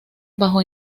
bajo